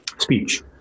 speech